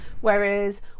whereas